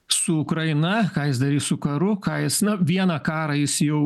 su ukraina ką jis darys su karu ką jis na vieną karą jis jau